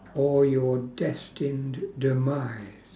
or your destined demise